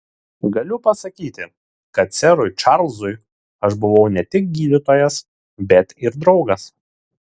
galiu pasakyti kad serui čarlzui aš buvau ne tik gydytojas bet ir draugas